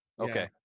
okay